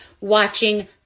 watching